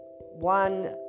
one